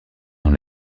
dans